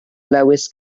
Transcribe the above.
lewis